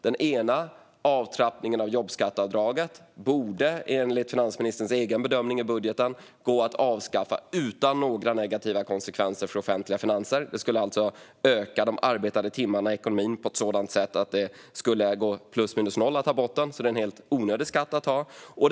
Det första, alltså, avtrappningen av jobbskatteavdraget, borde enligt finansministerns egen bedömning i budgeten gå att avskaffa utan några negativa konsekvenser för offentliga finanser. Att ta bort det skulle alltså öka de arbetade timmarna i ekonomin på ett sådant sätt att det skulle gå plus minus noll. Det är alltså en helt onödig skatt att ha.